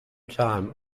time